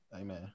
Amen